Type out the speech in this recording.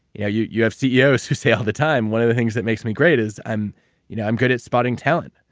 yeah you you have ceos who say all the time, one of the things that makes me great is, i'm you know i'm good at spotting talent.